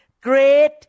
Great